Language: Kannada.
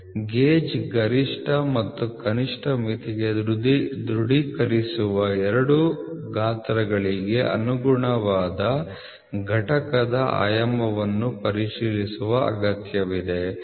ಗೇಜ್ ಗರಿಷ್ಠ ಮತ್ತು ಕನಿಷ್ಠ ಮಿತಿಗೆ ದೃಢೀಕರಿಸುವ ಎರಡು ಗಾತ್ರಗಳಿಗೆ ಅನುಗುಣವಾದ ಘಟಕದ ಆಯಾಮವನ್ನು ಪರಿಶೀಲಿಸುವ ಅಗತ್ಯವಿದೆ